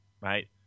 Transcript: right